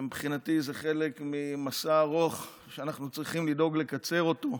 ומבחינתי זה חלק ממסע ארוך שאנחנו צריכים לדאוג לקצר אותו,